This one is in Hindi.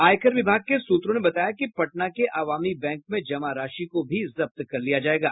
आयकर विभाग के सूत्रों ने बताया कि पटना के अवामी बैंक में जमा राशि को भी जब्त कर लिया जाएगा